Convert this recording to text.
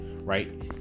right